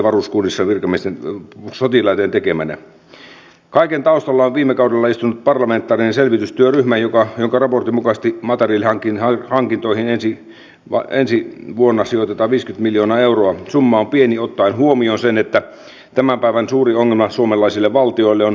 mutta jos katsoo niitä selvityksiä mitä itse talousvaliokunnan puolella saan viranomaiset saavat erittäin hyvin tietoa hallintarekisterin takaa plus siinä oli vielä sen lisäksi tämä eurooppalainen tietojenvaihto jolloin olisi käsitykseni mukaan pitänyt viranomaisilla olla erittäin hyvin tietoa tässä uudistuksessa kun on tehty parannuksia